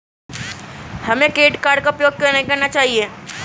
हमें credit card का उपयोग क्यों नहीं करना चाहिए?